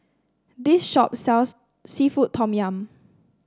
this shop sells seafood Tom Yum